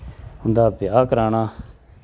उं'दा ब्याह् कराना